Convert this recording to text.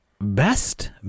best